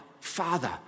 Father